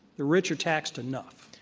the rich are taxed enough.